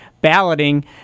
balloting